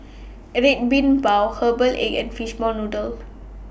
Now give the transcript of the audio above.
Red Bean Bao Herbal Egg and Fishball Noodle